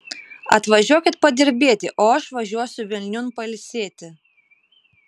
atvažiuokit padirbėti o aš važiuosiu vilniun pailsėti